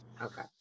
Okay